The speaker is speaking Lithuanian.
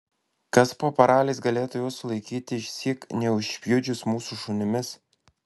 kas po paraliais galėtų juos sulaikyti išsyk neužpjudžius mūsų šunimis